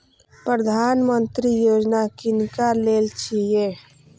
प्रधानमंत्री यौजना किनका लेल छिए?